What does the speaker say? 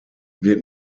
wird